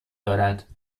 دارد